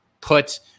put